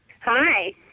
Hi